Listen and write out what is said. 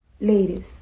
Ladies